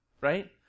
right